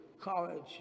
college